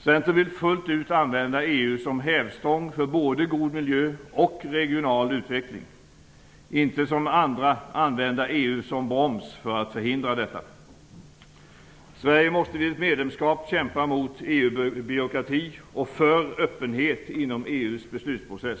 Centern vill fullt ut använda EU som hävstång för både god miljö och regional utveckling - inte som andra använda EU som broms för att förhindra detta. Sverige måste vid ett medlemskap kämpa mot EU-byråkrati och för öppenhet inom EU:s beslutsprocess.